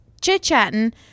chit-chatting